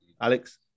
Alex